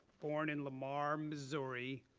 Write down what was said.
born in lamar, missouri,